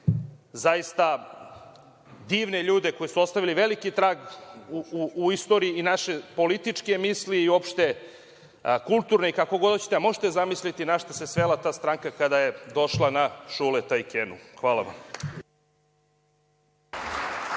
zaista divne ljude koji su ostavili veliki trag u istoriji i naše političke misli i uopšte kulturne, kako god hoćete, a možete zamisliti na šta se svela ta stranka kada je došla na Šuleta i Kenu. Hvala vam.